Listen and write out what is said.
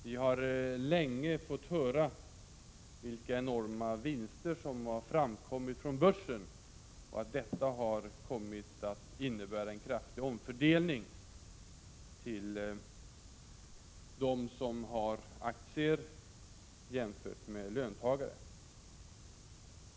Vi har länge fått höra vilka enorma vinster som skapats genom börsen och att detta inneburit en kraftig omfördelning till förmån för dem som har aktier jämfört med löntagarna.